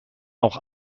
auch